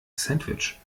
sandwich